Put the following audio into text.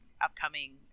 upcoming